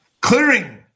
clearing